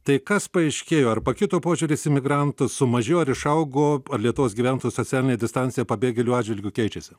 tai kas paaiškėjo ar pakito požiūris į migrantus sumažėjo ar išaugo lietuvos gyventojų socialinė distancija pabėgėlių atžvilgiu keičiasi